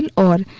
and on